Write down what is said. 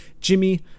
Jimmy